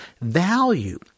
value